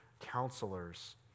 counselors